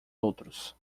outros